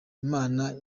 imana